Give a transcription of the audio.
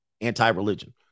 Anti-religion